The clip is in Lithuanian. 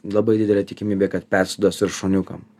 labai didelė tikimybė kad persiduos ir šuniukam